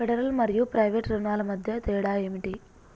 Federal మరియు private రుణాల మధ్య తేడా ఏమిటి?